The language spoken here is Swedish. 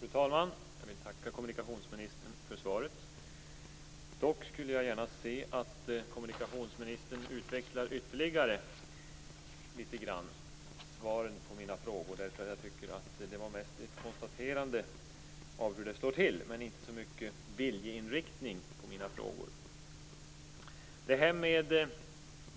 Fru talman! Jag vill tacka kommunikationsministern för svaret. Dock skulle jag gärna se att kommunikationsministern litet grand ytterligare utvecklade svaret på mina frågor, eftersom hennes svar mer var ett konstaterande av hur det står till än att det var ett uttalande om viljeinriktning.